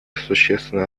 существенно